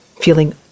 feeling